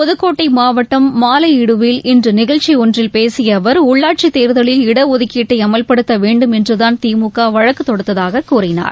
புதுக்கோட்டை மாவட்டம் மாலையீடுவில் இன்று நிகழ்ச்சி ஒன்றில் பேசிய அவர் உள்ளாட்சித் தேர்தலில் இடஒதுக்கீட்டை அமல்படுத்த வேண்டும் என்றுதான் திமுக வழக்கு தொடுத்ததாக கூறினார்